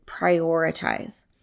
prioritize